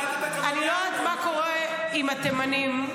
אני לא יודעת מה קורה עם התימנים,